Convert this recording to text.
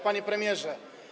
Panie Premierze!